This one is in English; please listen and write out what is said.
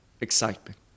excitement